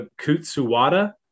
Kutsuwada